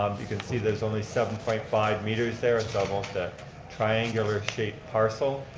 um you can see there's only seven point five meters there, it's almost a triangular shaped parcel,